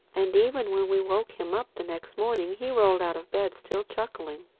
and even when we woke him up the next morning he rolled out of bed still chuckling.